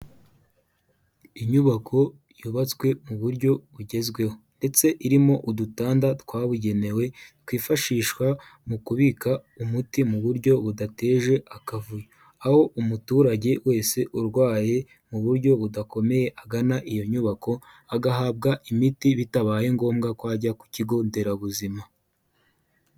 Inyubako yubatswe mu buryo bugezweho ndetse irimo udutanda twabugenewe twifashishwa mu kubika umuti mu buryo budateje akavuyo, aho umuturage wese urwaye mu buryo budakomeye agana iyo nyubako agahabwa imiti bitabaye ngombwa ko ajya ku kigo nderabuzima.